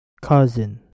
cousin